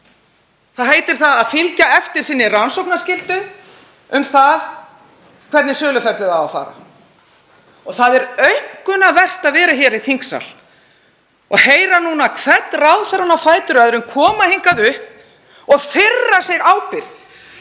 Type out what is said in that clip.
Það heitir það að fylgja eftir rannsóknarskyldu sinni um það hvernig söluferlið eigi að fara fram. Það er aumkunarvert að vera hér í þingsal og heyra hvern ráðherrann á fætur öðrum koma hingað upp og firra sig ábyrgð